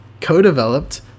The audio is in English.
Co-developed